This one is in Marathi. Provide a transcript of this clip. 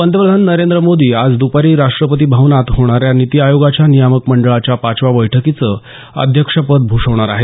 पंतप्रधान नरेंद्र मोदी आज द्रपारी राष्ट्रपती भवनात होणाऱ्या नीती आयोगाच्या नियामक मंडळाच्या पाचव्या बैठकीचं अध्यक्षपद भूषवणार आहेत